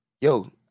yo